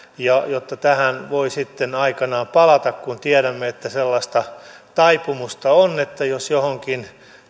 jotta tähän voi sitten aikanaan palata kun tiedämme että sellaista taipumusta on että jos johonkin